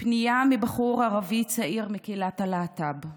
פנייה מבחור ערבי צעיר מקהילת הלהט"ב.